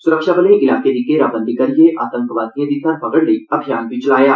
स्रक्षाबलें इलाके दी घेराबंदी करियै आतंकवादिएं दी धर फगड़ लेई अभियान चलाया